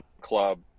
club